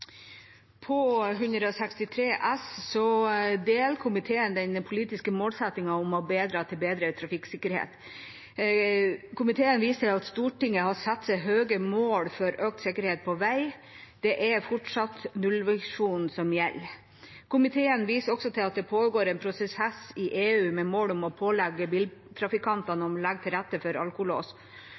163 S for 2017–2018, deler komiteen den politiske målsettingen om å bidra til bedre trafikksikkerhet. Komiteen viser til at Stortinget har satt høye mål for økt sikkerhet på vei. Det er fortsatt nullvisjonen som gjelder. Komiteen viser også til at det pågår en prosess i EU med mål om å pålegge bilfabrikanter å legge til rette for alkolås,